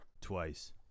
Twice